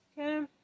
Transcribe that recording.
Okay